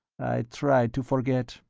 i tried to forget.